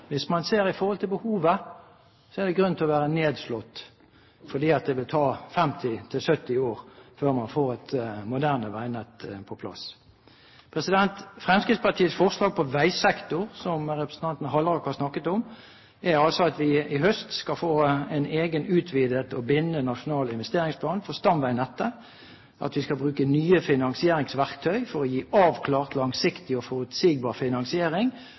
Hvis man ser i forhold til behovet, er det grunn til å være nedslått, fordi det vil ta 50–70 år før man får et moderne veinett på plass. Fremskrittspartiets forslag på veisektoren, som representanten Halleraker snakket om, er altså at vi i høst skal få en egen utvidet og bindende nasjonal investeringsplan for stamveinettet, og at vi skal bruke nye finansieringsverktøy for å gi avklart, langsiktig og forutsigbar finansiering